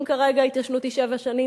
אם כרגע ההתיישנות היא שבע שנים,